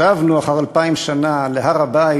שבנו אחרי אלפיים שנה להר-הבית,